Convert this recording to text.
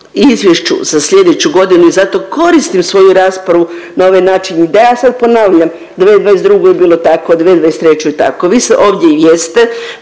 izvješću za sljedeću godinu i zato koristim svoju raspravu na ovaj način i da ja sad ponavljam 2022. je bilo tako, 2023. tako, vi sad ovdje jeste,